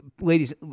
ladies